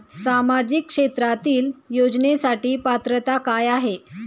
सामाजिक क्षेत्रांतील योजनेसाठी पात्रता काय आहे?